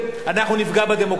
אנחנו נפגע בדמוקרטיה.